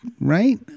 right